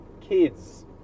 kids